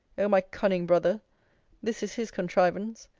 o my cunning brother this is his contrivance.